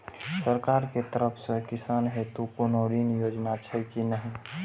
सरकार के तरफ से किसान हेतू कोना ऋण योजना छै कि नहिं?